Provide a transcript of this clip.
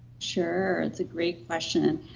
sure. that's a great question.